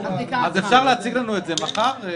אפשר להציג לנו את זה מחר?